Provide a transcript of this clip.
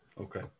okay